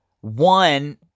one